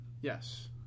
Yes